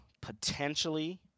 potentially